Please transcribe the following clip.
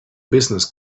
business